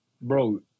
bro